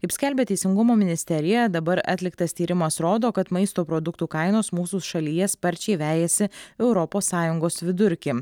kaip skelbia teisingumo ministerija dabar atliktas tyrimas rodo kad maisto produktų kainos mūsų šalyje sparčiai vejasi europos sąjungos vidurkį